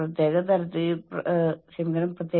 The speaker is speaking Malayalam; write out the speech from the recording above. നാളെ രാവിലെ ഞാൻ ലോഡ് എടുത്ത് വീണ്ടും തലയിൽ വയ്ക്കാം